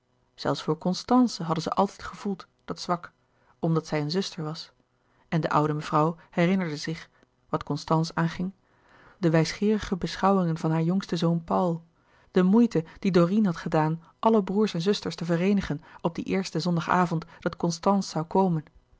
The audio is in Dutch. zelfs voor constance hadden zij altijd gevoeld dat zwak omdat zij eene zuster was en de oude mevrouw herinnerde zich wat constance aanging de wijsgeerige beschouwingen van haar jongsten zoon paul de moeite die dorine had gedaan alle broêrs en zusters te vereenigen op dien eersten zondagavond dat constance zoû komen